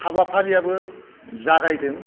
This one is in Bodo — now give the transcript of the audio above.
हाबाफारियाबो जागायदों